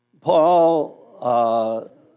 Paul